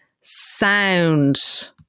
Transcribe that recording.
Sound